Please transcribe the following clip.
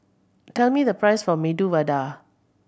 tell me the price of Medu Vada